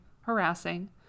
harassing